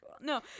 No